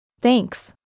Thanks